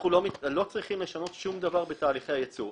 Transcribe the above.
אנחנו לא צריכים לשנות שום דבר בתהליכי הייצור.